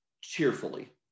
cheerfully